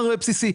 דבר בסיסי.